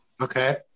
Okay